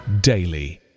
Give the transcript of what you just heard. daily